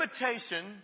imitation